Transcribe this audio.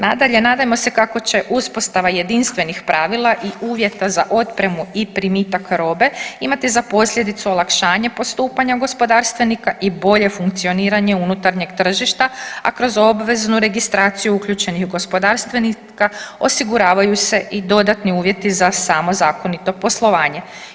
Nadalje, nadajmo se kako će uspostava jedinstvenih pravila i uvjeta za otpremu i primitak robe imati za posljedicu olakšanje postupanja gospodarstvenika i bolje funkcioniranje unutarnjeg tržišta, a kroz obveznu registraciju uključenih gospodarstvenika osiguravaju se i dodatni uvjeti za samo zakonito poslovanje.